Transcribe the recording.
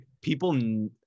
people